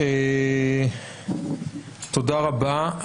תודה רבה.